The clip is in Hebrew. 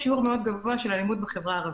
שיעור מאוד גבוה של אלימות בחברה הערבית.